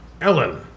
Ellen